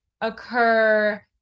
occur